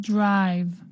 Drive